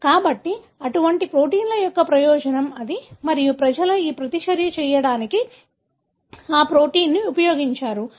కాబట్టి అటువంటి ప్రోటీన్ల యొక్క ప్రయోజనం అది మరియు ప్రజలు ఈ ప్రతిచర్య చేయడానికి ఆ ప్రోటీన్ను ఉపయోగించారు